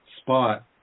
spot